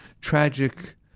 tragic